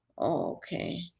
Okay